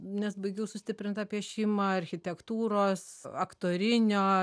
nes baigiau sustiprintą piešimą architektūros aktorinio